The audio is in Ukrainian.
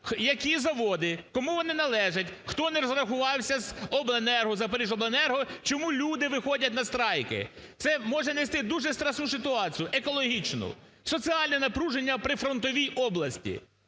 які заводи, кому вони належать, хто не розраховувався з обленерго, з "Запоріжжяобленерго", чому люди виходять на страйки. Це може нести дуже страшну ситуацію екологічну, соціальне напруження в прифронтовій області.